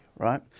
Right